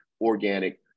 organic